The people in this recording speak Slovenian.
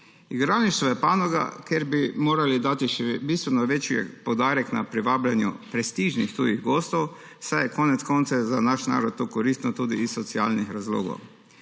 Igralništvo je panoga, kjer bi morali dati še bistveno večji poudarek na privabljanje prestižnih tujih gostov, saj je konec koncev za naš narod to koristno tudi iz socialnih razlogov.